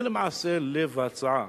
זה למעשה לב ההצעה.